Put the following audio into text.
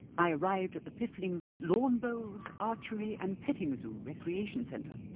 i arrived at the piffling lawn bowls, archery and petting zoo recreation centre.